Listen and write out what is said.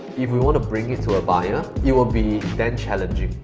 if we want to bring it to a buyer, it will be then challenging.